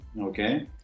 okay